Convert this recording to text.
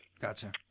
Gotcha